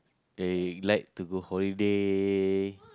they like to go holiday